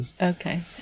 Okay